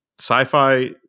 sci-fi